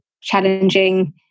challenging